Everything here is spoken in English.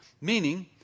Meaning